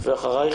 אחרייך,